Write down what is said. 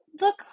look